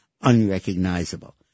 unrecognizable